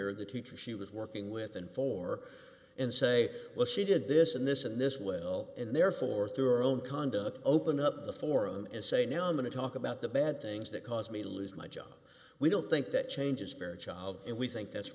lanier the teacher she was working with and for and say well she did this and this and this will and therefore through our own conduct open up the forum and say now i'm going to talk about the bad things that caused me to lose my job we don't think that changes fairchild and we think that's